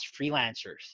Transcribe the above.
freelancers